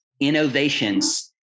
innovations